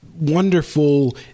wonderful